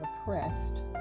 oppressed